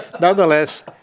nonetheless